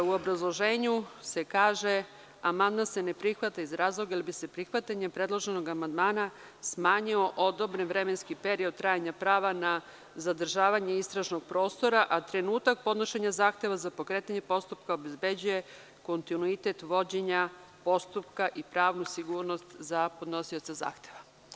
U obrazloženju se kaže – amandman se ne prihvata iz razloga jer bi se prihvatanjem predloženog amandmana smanjio odobren vremenski period trajanja prava na zadržavanje istražnog prostora, a trenutak podnošenja zahteva za pokretanje postupka obezbeđuje kontinuitet vođenja postupka i pravnu sigurnost za podnosioca zahteva.